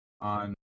on